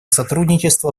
сотрудничества